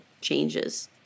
changes